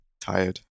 Tired